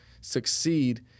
succeed